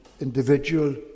individual